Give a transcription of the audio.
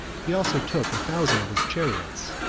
he also took a thousand of his chariots,